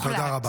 תודה רבה.